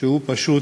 שהוא פשוט,